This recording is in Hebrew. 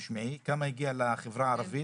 תשמעי כמה הגיע לחברה הערבית.